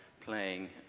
playing